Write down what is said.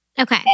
Okay